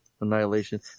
annihilation